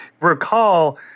Recall